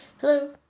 Hello